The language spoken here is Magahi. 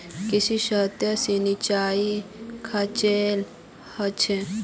की सतही सिंचाई खर्चीला ह छेक